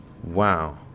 Wow